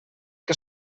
què